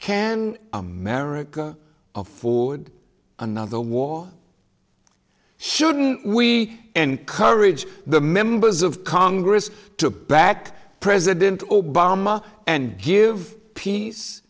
can america afford another war shouldn't we encourage the members of congress to back president obama and give peace